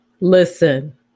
Listen